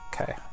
Okay